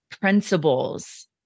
principles